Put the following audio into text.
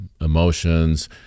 emotions